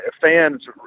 fans